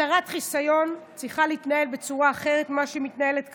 הסרת חיסיון צריכה להתנהל בצורה אחרת מאיך שהיא מתנהלת כיום,